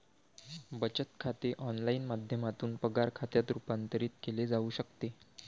बचत खाते ऑनलाइन माध्यमातून पगार खात्यात रूपांतरित केले जाऊ शकते